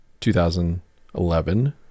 2011